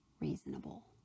reasonable